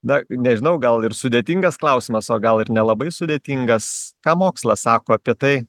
da nežinau gal ir sudėtingas klausimas o gal ir nelabai sudėtingas ką mokslas sako apie tai